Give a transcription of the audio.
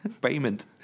Payment